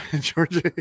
Georgia